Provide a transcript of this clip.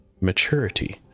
maturity